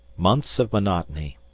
months of monotony,